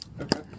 Okay